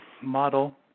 model